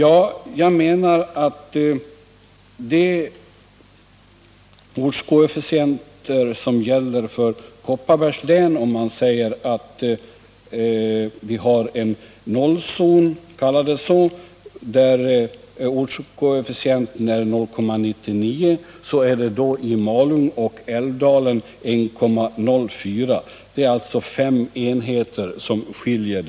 I vad jag skulle vilja kalla nollzonen i Kopparbergs län är ortskoefficienten 0,99. I Malung och Älvdalen är den 1,04. Det är alltså fem enheter som skiljer.